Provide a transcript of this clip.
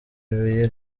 ibuye